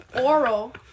Oral